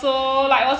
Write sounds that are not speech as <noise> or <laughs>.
<laughs>